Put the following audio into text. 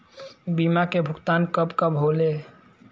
बीमा के भुगतान कब कब होले?